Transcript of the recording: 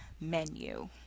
menu